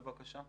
בבקשה?